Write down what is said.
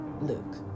Luke